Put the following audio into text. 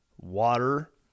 water